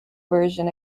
version